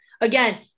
Again